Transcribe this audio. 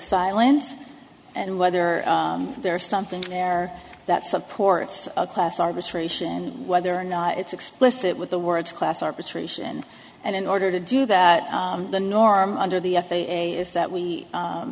silent and whether there is something there that supports a class arbitration whether or not it's explicit with the words class arbitration and in order to do that the norm under the f a a is that we